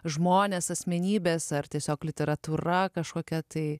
žmones asmenybes ar tiesiog literatūra kažkokia tai